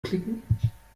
klicken